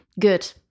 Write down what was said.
good